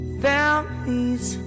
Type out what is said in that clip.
families